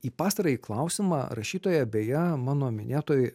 į pastarąjį klausimą rašytoja beje mano minėtoj